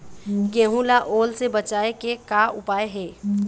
गेहूं ला ओल ले बचाए के का उपाय हे?